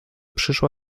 przyszła